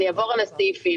אני אעבור על הסעיפים.